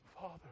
Father